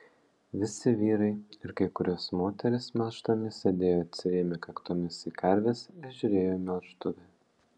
visi vyrai ir kai kurios moterys melždami sėdėjo atsirėmę kaktomis į karves ir žiūrėjo į melžtuvę